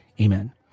Amen